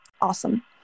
Awesome